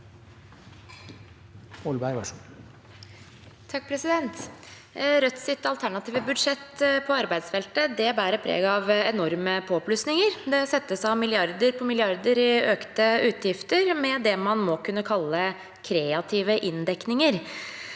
Rødts alternative budsjett på arbeidsfeltet bærer preg av enorme påplussinger. Det settes av milliarder på milliarder i økte utgifter med det man må kunne kalle kreative inndekninger.